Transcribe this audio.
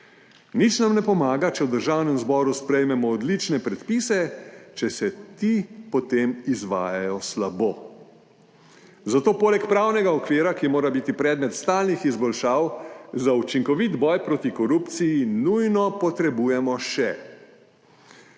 Nič nam ne pomaga, če v Državnem zboru sprejmemo odlične predpise, če se ti potem izvajajo slabo. Zato poleg pravnega okvira, ki mora biti predmet stalnih izboljšav, za učinkovit boj proti korupciji nujno potrebujemo še